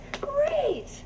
Great